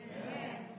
Amen